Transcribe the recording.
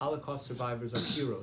בעולם הזה של ניצולי השואה.